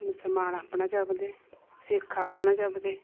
मुस्लमान अपना जपदे सिक्ख अपना जपदे